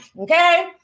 okay